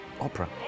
opera